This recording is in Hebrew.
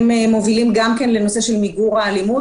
הם מובילים למיגור האלימות.